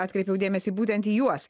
atkreipiau dėmesį būtent į juos